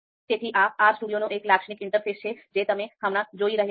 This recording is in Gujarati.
તેથી આ R Studio નું એક લાક્ષણિક ઇન્ટરફેસ છે જે તમે હમણાં જોઈ રહ્યાં છો